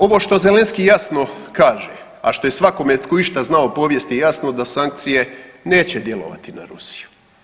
Ovo što Zelenskij jasno kaže, a što je svakome tko išta zna o povijesti je jasno da sankcije neće djelovati na Rusiju.